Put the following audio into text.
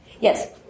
Yes